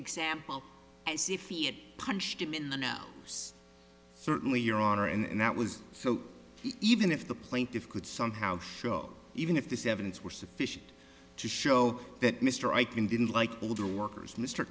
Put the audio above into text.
example as if he had punched him in the know certainly your honor and that was so even if the plaintiff could somehow show even if this evidence were sufficient to show that mr i can didn't like older workers mr